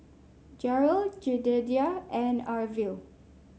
Gerald Jedidiah and Arvil